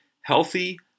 healthy